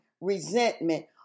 resentment